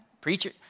preacher